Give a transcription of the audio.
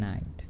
Night